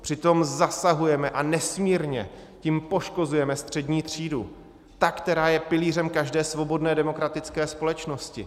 Přitom zasahujeme a nesmírně tím poškozujeme střední třídu, tu, která je pilířem každé svobodné, demokratické společnosti.